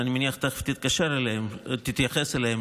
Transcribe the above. אני מניח שתכף תתייחס אליהן,